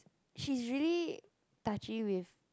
she's really touchy with